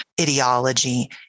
ideology